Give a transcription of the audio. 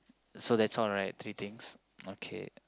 so that's all right three things okay